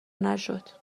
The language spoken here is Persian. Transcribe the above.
نشد